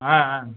ஆ ஆ